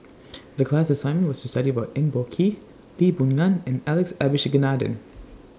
The class assignment was to study about Eng Boh Kee Lee Boon Ngan and Alex Abisheganaden